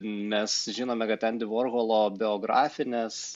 mes žinome kad endi vorholo biografinės